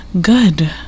Good